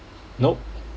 nope